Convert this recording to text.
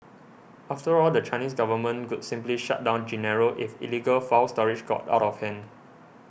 after all the Chinese government could simply shut down Genaro if illegal file storage got out of hand